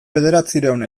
bederatziehun